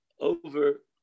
over